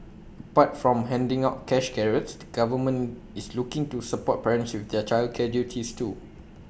apart from handing out cash carrots the government is looking to support parents with their childcare duties too